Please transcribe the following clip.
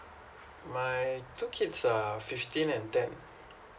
my two kids are fifteen and ten